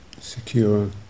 secure